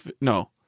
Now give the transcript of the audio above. No